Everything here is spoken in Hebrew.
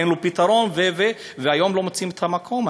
כי אין לו פתרון והיום לא מוצאים מקום.